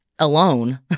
alone